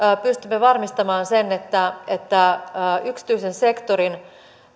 pystymme varmistamaan sen että että yksityisen sektorin